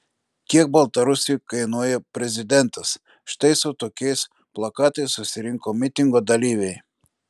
kiek baltarusiui kainuoja prezidentas štai su tokiais plakatais susirinko mitingo dalyviai